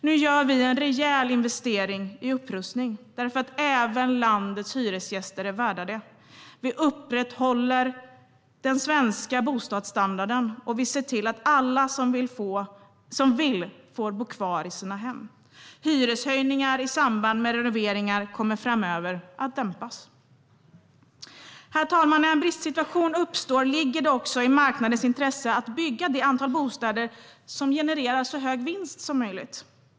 Nu gör vi en rejäl investering i upprustning, därför att även landets hyresgäster är värda det. Vi upprätthåller den svenska bostadsstandarden och ser till att alla som vill får bo kvar i sina hem. Hyreshöjningar i samband med renoveringar kommer framöver att dämpas. Herr talman! När en bristsituation uppstår ligger det också i marknadens intresse att bygga det antal bostäder som genererar så hög vinst som möjligt.